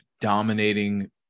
dominating